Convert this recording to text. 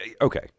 okay